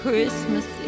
Christmas